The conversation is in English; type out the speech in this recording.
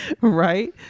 Right